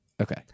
Okay